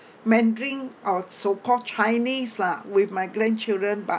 mandarin or so called chinese lah with my grandchildren but